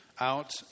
out